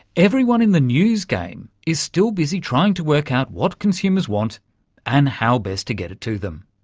everyone in the news game is still busy trying to work out what consumers want and how best to get it to them.